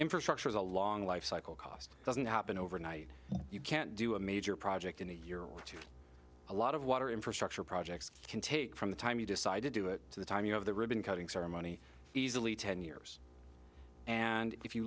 infrastructure is a long lifecycle cost doesn't happen overnight you can't do a major project in a year or two a lot of water infrastructure projects can take from the time you decide to do it so the timing of the ribbon cutting ceremony easily ten years and if you